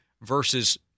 versus